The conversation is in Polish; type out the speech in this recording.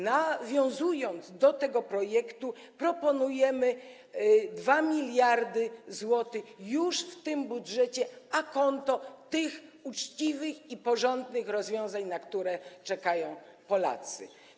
Nawiązując do tego projektu, proponujemy 2 mld zł już w tym budżecie a conto tych uczciwych i porządnych rozwiązań, na które czekają Polacy.